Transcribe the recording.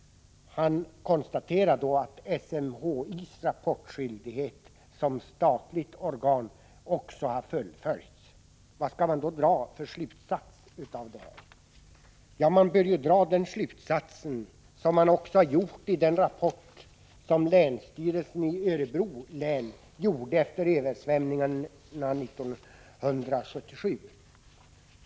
Han konstaterar att SMHI:s rapportskyldighet som statligt organ har fullföljts. Vad skall man då dra för slutsats av detta? Jo, samma som i den rapport som länsstyrelsen i Örebro län gjorde efter översvämningarna 1977.